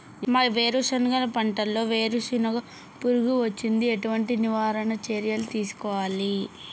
మా వేరుశెనగ పంటలలో వేరు పురుగు వచ్చింది? ఎటువంటి నివారణ చర్యలు తీసుకోవాలే?